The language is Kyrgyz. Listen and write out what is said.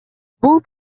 бул